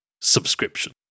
subscription